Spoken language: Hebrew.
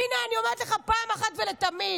והינה, אני אומרת לך פעם אחת ולתמיד: